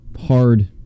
hard